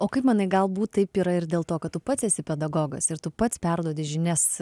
o kaip manai galbūt taip yra ir dėl to kad tu pats esi pedagogas ir tu pats perduodi žinias